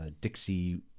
Dixie